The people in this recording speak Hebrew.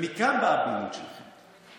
ומכאן באה הבהילות שלכם.